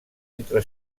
entre